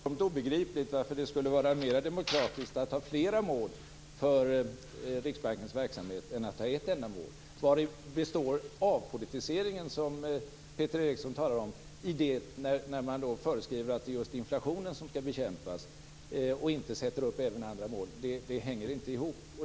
Fru talman! Det är fullkomligt obegripligt varför det skulle vara mer demokratiskt att ha flera mål för Riksbankens verksamhet än att ha ett enda mål. Vari består den avpolitisering som Peter Eriksson talar om när man föreskriver att det är just inflationen som skall bekämpas och inte sätter upp även andra mål? Det hänger inte ihop.